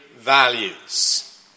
Values